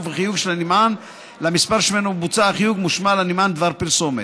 ובחיוג של הנמען למספר שממנו בוצע החיוג מושמע לנמען דבר פרסומת.